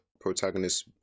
protagonist